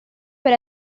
per